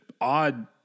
odd